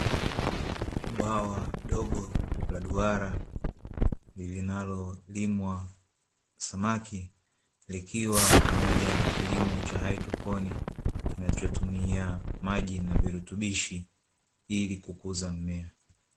Bwawa dogo la duara linalolimwa samaki, likiwa pamoja na kilimo cha hidroponi, kinachotumia maji na virutubishi ili kukuza mimea.